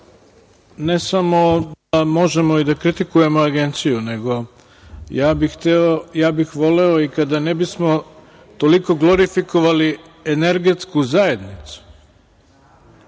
ne samo da možemo i da kritikujemo Agenciju, nego ja bih voleo i kada ne bismo toliko glorifikovali energetsku zajednicu. Znate